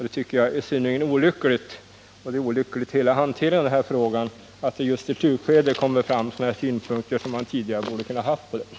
Det tycker jag är synnerligen olyckligt, och över huvud taget är hanteringen av frågan olycklig, när det just i slutskedet kommer fram sådana här synpunkter som borde ha kunnat framföras tidigare.